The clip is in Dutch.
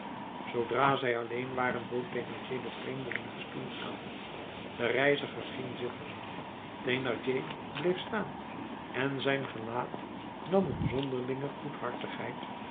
zoodra zij alleen waren bood thénardier den vreemdeling een stoel aan de reiziger ging zitten thénardier bleef staan en zijn gelaat nam een zonderlinge